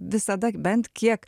visada bent kiek